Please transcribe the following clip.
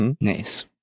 nice